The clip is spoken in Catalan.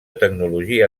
tecnologia